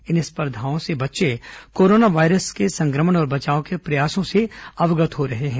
इन स्पर्धाओं से बच्चे कोरोना वायरस के संक्रमण और बचाव के प्रयासों से अवगत हो रहे हैं